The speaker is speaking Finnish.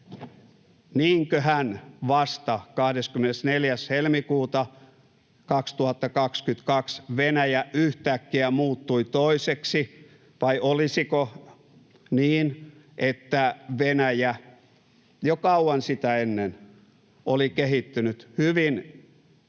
niinköhän vasta 24. helmikuuta 2022 Venäjä yhtäkkiä muuttui toiseksi, vai olisiko niin, että Venäjä jo kauan sitä ennen oli kehittynyt hyvin